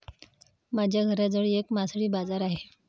माझ्या घराजवळ एक मासळी बाजार आहे